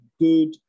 good